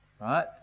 Right